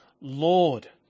Lord